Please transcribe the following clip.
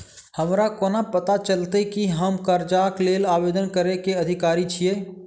हमरा कोना पता चलतै की हम करजाक लेल आवेदन करै केँ अधिकारी छियै?